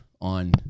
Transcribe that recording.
on